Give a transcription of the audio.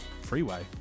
Freeway